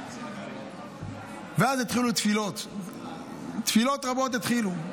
ואז התחילו תפילות, תפילות רבות התחילו.